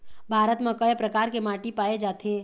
भारत म कय प्रकार के माटी पाए जाथे?